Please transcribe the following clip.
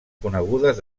conegudes